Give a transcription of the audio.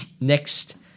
Next